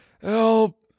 help